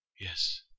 Yes